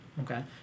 Okay